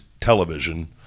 television